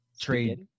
trade